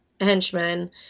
henchmen